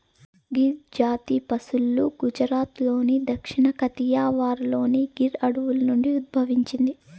గిర్ జాతి పసులు గుజరాత్లోని దక్షిణ కతియావార్లోని గిర్ అడవుల నుండి ఉద్భవించింది